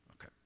Okay